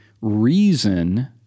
reason